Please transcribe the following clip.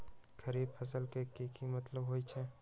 खरीफ फसल के की मतलब होइ छइ?